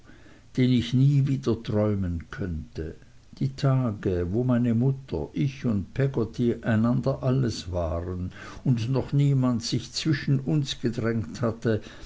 den ich nie mehr wieder träumen könnte die tage wo meine mutter ich und peggotty einander alles waren und noch niemand sich zwischen uns gedrängt hatte